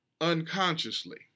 unconsciously